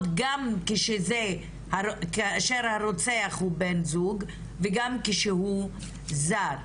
גם כאשר הרוצח הוא בן זוג וגם כשהוא זר.